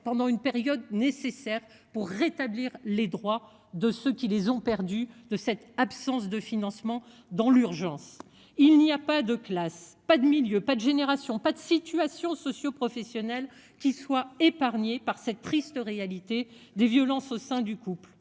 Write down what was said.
pendant une période nécessaire pour rétablir les droits de ceux qui les ont perdu de cette absence de financement dans l'urgence, il n'y a pas de classe, pas de milieu, pas de génération. Pas de situation socio-professionnels, qu'ils soient épargnés par cette triste réalité des violences au sein du couple